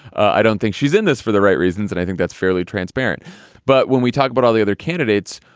i don't think she's in this for the right reasons. and i think that's fairly transparent but when we talk about all the other candidates,